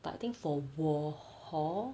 but I think for 我 hor